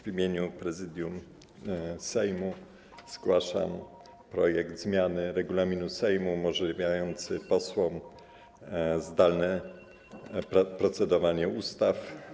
W imieniu Prezydium Sejmu zgłaszam projekt zmiany regulaminu Sejmu umożliwiającej posłom zdalne procedowanie nad ustawami.